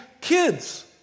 kids